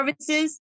services